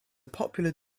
popular